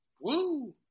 Woo